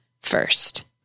first